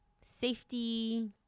safety